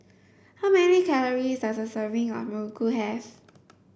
how many calories does a serving of Muruku have